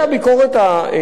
עמיתי חברי הכנסת,